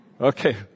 Okay